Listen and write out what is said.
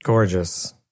Gorgeous